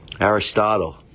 Aristotle